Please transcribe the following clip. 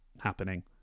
happening